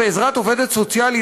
בעזרת עובדת סוציאלית,